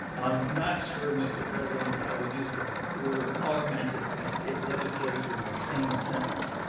i'm not sure, mr. president, that i would use the word augmented and state legislature in the same sentence.